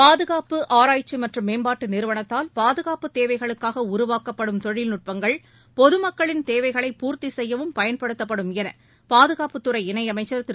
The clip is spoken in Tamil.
பாதுகாப்பு ஆராய்ச்சி மற்றும் மேம்பாட்டு நிறுவனத்தால் பாதுகாப்புத் தேவைகளுக்காக உருவாக்கப்படும் தொழில்நுட்பங்கள் பொதுமக்களின் தேவைகளைப் பூர்த்தி செய்யவம் பயன்படுத்தப்படும் என பாதுகாப்புத்துறை இணையமைச்சர் திரு